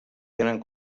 tenen